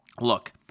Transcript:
look